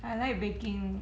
I like baking